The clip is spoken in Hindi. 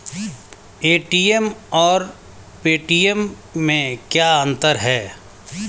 ए.टी.एम और पेटीएम में क्या अंतर है?